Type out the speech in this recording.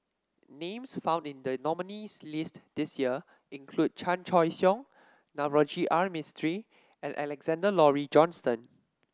names found in the nominees' list this year include Chan Choy Siong Navroji R Mistri and Alexander Laurie Johnston